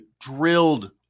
drilled